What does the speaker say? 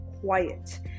quiet